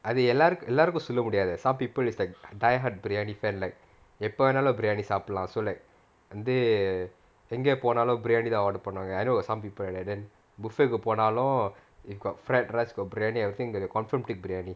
அது எல்லாருக்கும் சொல்ல முடியாது:athu ellarukkum solla mudiyaathu some people is like die hard எப்ப வேணுனாலும்:eppa venunaalum biryani சாப்பிடலாம்:saapidalaam so like வந்து எங்க போனாலும்:vanthu enga ponaalum biryani தான்:thaan order பண்ணுவாங்க:pannuvaanga I know got some people போனாலும்:ponaalum if got fried rice got biryani I think that they confirm take biryani